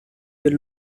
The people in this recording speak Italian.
del